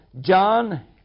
John